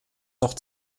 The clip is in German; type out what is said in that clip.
noch